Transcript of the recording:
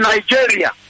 Nigeria